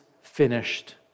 finished